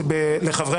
אפיץ לחברי